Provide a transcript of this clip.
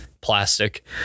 plastic